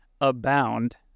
abound